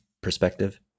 perspective